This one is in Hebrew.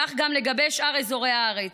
כך גם לגבי שאר אזורי הארץ.